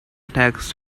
text